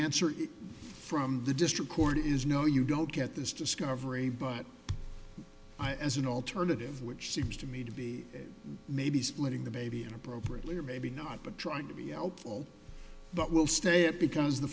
answer from the district court is no you don't get this discovery but i as an alternative which seems to me to be maybe splitting the baby appropriately or maybe not but trying to be helpful but will stay up because the